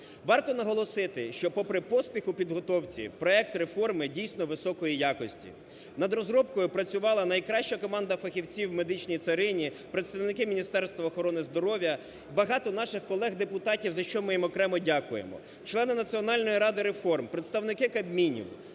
Варто наголосити, що попри поспіх у підготовці, проект реформи дійсно високої якості. Над розробкою працювала найкраща команда фахівців в медичній царині, представники Міністерства охорони здоров'я, багато наших колег депутатів, за що ми їм окремо дякуємо. Члени Національної ради реформ, представники Кабміну,